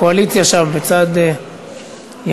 הקואליציה שם בצד ימין.